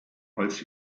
als